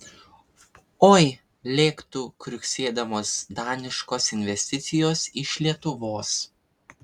oi lėktų kriuksėdamos daniškos investicijos iš lietuvos